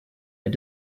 had